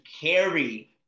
carry